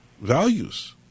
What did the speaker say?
values